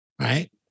right